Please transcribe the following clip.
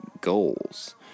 Goals